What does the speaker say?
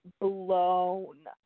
blown